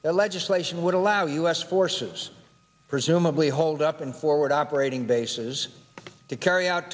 the legislation would allow u s forces presumably holed up in forward operating bases to carry out